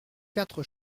quatre